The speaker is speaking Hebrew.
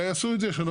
אלא יעשו את זה שנאמר,